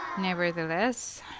Nevertheless